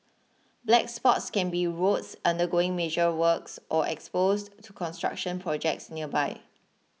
black spots can be roads undergoing major works or exposed to construction projects nearby